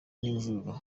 n’imvururu